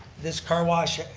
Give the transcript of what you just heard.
this car wash,